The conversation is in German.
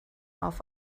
auf